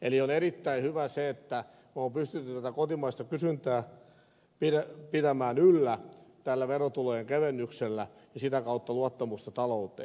eli on erittäin hyvä se että on pystytty kotimaista kysyntää pitämään yllä tällä verotulojen kevennyksellä ja sitä kautta luottamusta talouteen